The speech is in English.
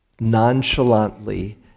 nonchalantly